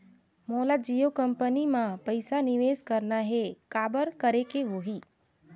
मोला जियो कंपनी मां पइसा निवेश करना हे, काबर करेके होही?